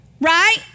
Right